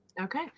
Okay